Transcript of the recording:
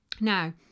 Now